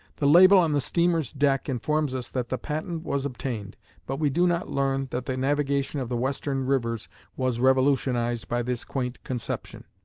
the label on the steamer's deck informs us that the patent was obtained but we do not learn that the navigation of the western rivers was revolutionized by this quaint conception.